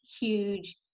huge